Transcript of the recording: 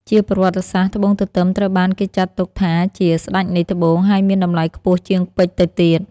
ជាប្រវត្តិសាស្ត្រ ត្បូងទទឹមត្រូវបានគេចាត់ទុកថាជា "ស្តេចនៃត្បូង" ហើយមានតម្លៃខ្ពស់ជាងពេជ្រទៅទៀត។